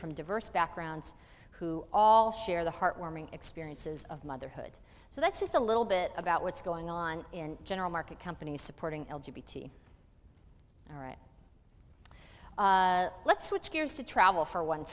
from diverse backgrounds who all share the heartwarming experiences of motherhood so that's just a little bit about what's going on in general market companies supporting bt all right let's switch gears to travel for one